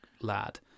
lad